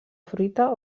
fruita